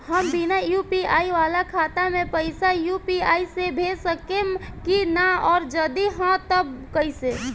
हम बिना यू.पी.आई वाला खाता मे पैसा यू.पी.आई से भेज सकेम की ना और जदि हाँ त कईसे?